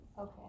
okay